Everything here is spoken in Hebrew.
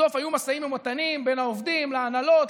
בסוף היו משאים ומתנים בין העובדים להנהלות,